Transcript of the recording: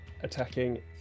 attacking